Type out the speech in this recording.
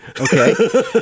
Okay